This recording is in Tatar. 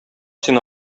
син